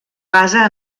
basa